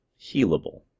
healable